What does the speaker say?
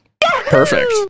Perfect